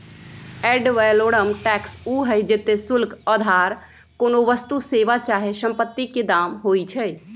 ad valorem tax उ हइ जेते शुल्क अधार कोनो वस्तु, सेवा चाहे सम्पति के दाम होइ छइ